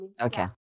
Okay